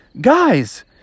Guys